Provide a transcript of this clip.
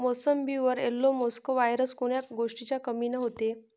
मोसंबीवर yellow mosaic virus कोन्या गोष्टीच्या कमीनं होते?